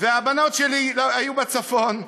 והבנות שלי היו בצפון,